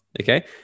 Okay